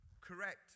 Correct